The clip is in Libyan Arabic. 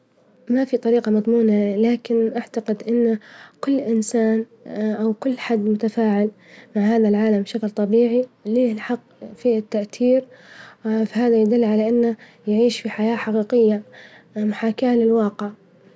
ما في طريقة مظمونة، لكن أعتقد إن كل إنسان أو كل حد متفاعل مع هذا العالم بشكل طبيعي له الحق في التأثير فهذا يدل على إنه يعيش في حياة حقيقية محاكاة للواقع.